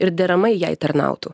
ir deramai jai tarnautų